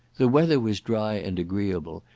the weather was dry and agreeable,